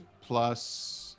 plus